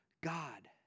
God